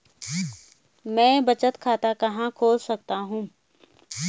मैं बचत खाता कहां खोल सकता हूँ?